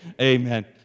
Amen